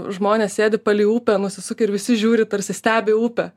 žmonės sėdi palei upę nusisukę ir visi žiūri tarsi stebi upę